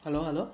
hello hello